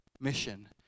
mission